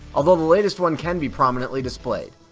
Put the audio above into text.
ah though the latest one can be prominently displayed.